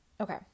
Okay